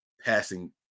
passing